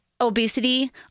obesity